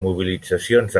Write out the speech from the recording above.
mobilitzacions